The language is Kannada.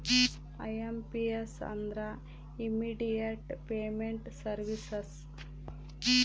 ಐ.ಎಂ.ಪಿ.ಎಸ್ ಅಂದ್ರ ಇಮ್ಮಿಡಿಯೇಟ್ ಪೇಮೆಂಟ್ ಸರ್ವೀಸಸ್